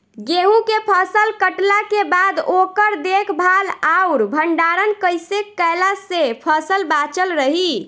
गेंहू के फसल कटला के बाद ओकर देखभाल आउर भंडारण कइसे कैला से फसल बाचल रही?